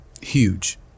huge